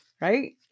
right